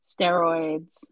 steroids